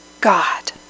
God